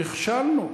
נכשלנו.